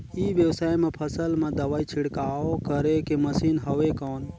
ई व्यवसाय म फसल मा दवाई छिड़काव करे के मशीन हवय कौन?